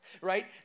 right